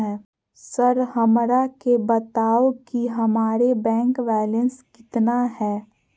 Sir हमरा के बताओ कि हमारे बैंक बैलेंस कितना है?